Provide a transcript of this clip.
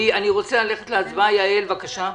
יעל, בבקשה.